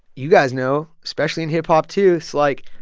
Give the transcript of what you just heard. you guys know, especially in hip-hop too, it's like